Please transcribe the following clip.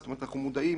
זאת אומרת אנחנו מודעים